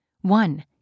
one